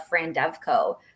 Frandevco